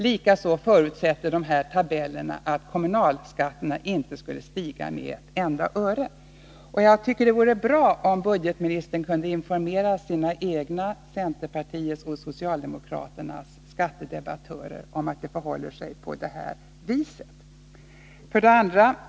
Likaså förutsätter tabellerna att kommunalskatterna inte skulle stiga med ett enda öre. Jag tycker det vore bra om ekonomioch budgetministern kunde informera sina egna samt centerpar Nr 39 tiets och socialdemokraternas skattedebattörer om att det förhåller sig på det här viset. 2.